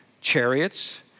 chariots